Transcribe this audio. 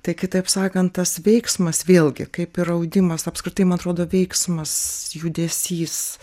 tai kitaip sakant tas veiksmas vėlgi kaip ir audimas apskritai man atrodo veiksmas judesys